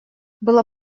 было